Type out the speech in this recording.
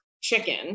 chicken